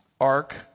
ark